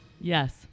Yes